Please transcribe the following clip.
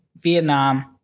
Vietnam